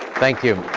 thank you.